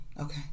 okay